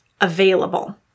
available